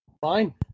fine